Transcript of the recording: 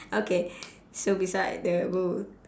okay so beside the booth